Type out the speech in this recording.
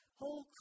whole